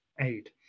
aid